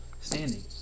standing